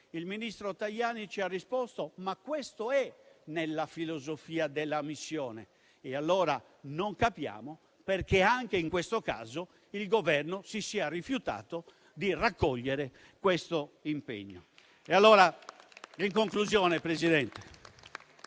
Il ministro Tajani ha risposto che questo è nella filosofia della missione, quindi non capiamo perché anche in questo caso il Governo si sia rifiutato di raccogliere tale impegno.